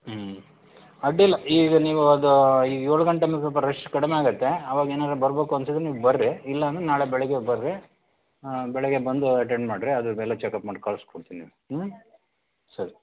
ಹ್ಞೂ ಅಡ್ಡಿಯಿಲ್ಲ ಈಗ ನೀವು ಅದು ಏಳು ಗಂಟೆ ಮೇಲೆ ಸ್ವಲ್ಪ ರಶ್ ಕಡಿಮೆ ಆಗುತ್ತೆ ಆವಾಗ ಏನಾದ್ರು ಬರಬೇಕು ಅನಿಸಿದ್ರೆ ನೀವು ಬರ್ರಿ ಇಲ್ಲ ಅಂದರೆ ನಾಳೆ ಬೆಳಿಗ್ಗೆ ಬರ್ರಿ ಬೆಳಿಗ್ಗೆ ಬಂದು ಅಟೆಂಡ್ ಮಾಡಿರಿ ಅದರ ಮೇಲೆ ಚೆಕಪ್ ಮಾಡಿ ಕಳಿಸ್ಕೊಡ್ತೀನಿ ಹ್ಞೂ ಸರಿ